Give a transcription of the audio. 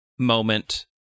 moment